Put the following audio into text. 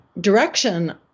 direction